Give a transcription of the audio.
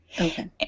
Okay